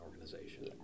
organization